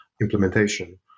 implementation